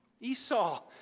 Esau